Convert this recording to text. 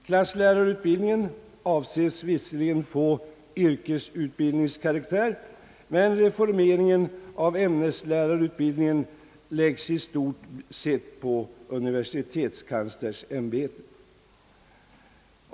Klasslärarutbildningen avses visserligen få yrkesutbildningskaraktär, men reformeringen av ämneslärarutbildningen läggs i stort sett på universitetskanslersämbetet.